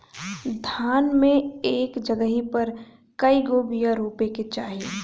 धान मे एक जगही पर कएगो बिया रोपे के चाही?